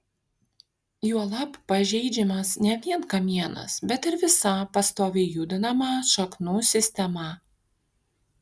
juolab pažeidžiamas ne vien kamienas bet ir visa pastoviai judinama šaknų sistema